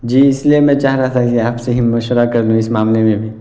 جی اس لیے میں چاہ رہا تھا کہ آپ سے ہی مشورہ کر لوں اس معاملے میں بھی